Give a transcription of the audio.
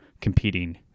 competing